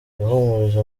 yahumurije